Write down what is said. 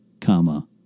comma